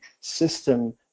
system